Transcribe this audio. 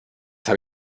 habe